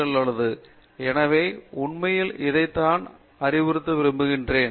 பேராசிரியர் ஸ்ரீகாந்த் வேதாந்தம் சரியாகவே நான் உண்மையில் இதைத்தான் வலியுறுத்த விரும்புகிறேன்